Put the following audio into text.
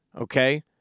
okay